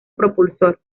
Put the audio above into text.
propulsor